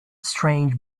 strange